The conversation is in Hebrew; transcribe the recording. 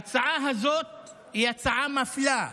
ההצעה הזאת היא הצעה מפלה.